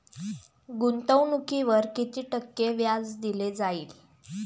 गुंतवणुकीवर किती टक्के व्याज दिले जाईल?